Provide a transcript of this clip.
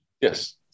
Yes